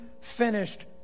finished